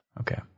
Okay